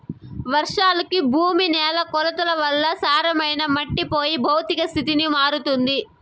వర్షాలకి భూమి న్యాల కోతల వల్ల సారమైన మట్టి పోయి భౌతిక స్థితికి మారుతుంది